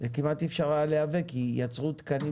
כמעט אי אפשר היה לייבא כי יצרו תקנים